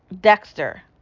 Dexter